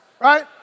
right